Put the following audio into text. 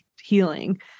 healing